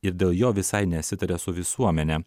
ir dėl jo visai nesitaria su visuomene